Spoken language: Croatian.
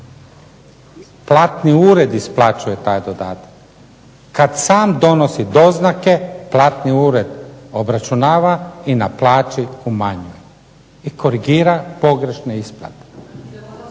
Platni ured isplaćuje taj dodatak. Kad sam donosi doznake platni ured obračunava i na plaći umanjuje i korigira pogrešne isplate.